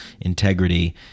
integrity